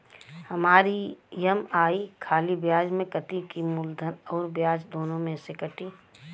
हमार ई.एम.आई खाली ब्याज में कती की मूलधन अउर ब्याज दोनों में से कटी?